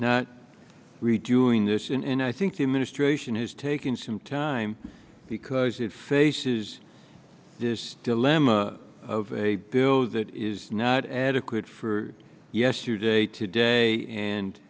not redoing this in i think the administration is taking some time because it faces this dilemma of a bill that is not adequate for yesterday today and